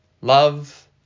love